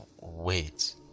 Wait